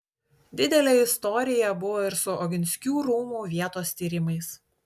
didelė istorija buvo ir su oginskių rūmų vietos tyrimais